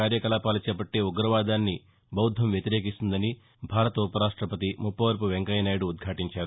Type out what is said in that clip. కార్యకలాపాలు చేపట్టే ఉగ్రవాదాన్ని బౌద్దం వ్యతిరేకిస్తుందని భారత ఉపరాష్టపతి ముప్పవరపు వెంకయ్యనాయుడు ఉద్యాటించారు